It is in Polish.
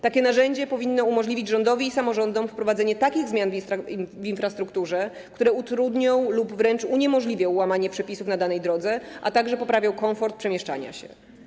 Takie narzędzie powinno umożliwić rządowi i samorządom wprowadzenie takich zmian w infrastrukturze, które utrudnią lub wręcz uniemożliwią łamanie przepisów na danej drodze, a także poprawią komfort przemieszczania się.